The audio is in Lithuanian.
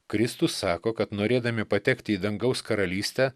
kristus sako kad norėdami patekti į dangaus karalystę